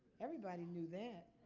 everybody knew that.